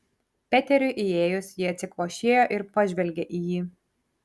peteriui įėjus ji atsikvošėjo ir pažvelgė į jį